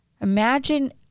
Imagine